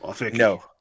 No